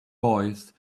boys